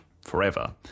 forever